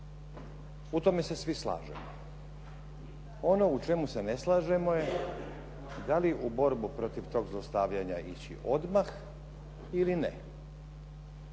U tome se svi slažemo. Ono u čemu se ne slažemo je da li u borbu protiv tog zlostavljanja ići odmah ili ne.